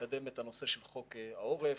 לקדם את הנושא של חוק העורף.